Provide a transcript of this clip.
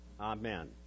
Amen